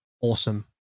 awesome